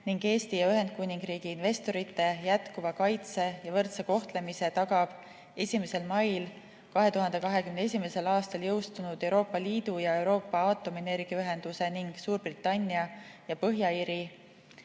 Eesti ja Ühendkuningriigi investorite jätkuva kaitse ja võrdse kohtlemise tagab 1. mail 2021. aastal jõustunud Euroopa Liidu ja Euroopa Aatomienergiaühenduse ning Suurbritannia ja Põhja-Iirimaa